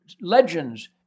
legends